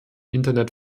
internet